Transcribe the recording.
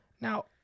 Now